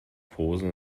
posen